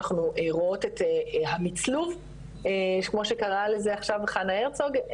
אנחנו רואות את המצלוב כמו שקראה לזה עכשיו חנה הרצוג,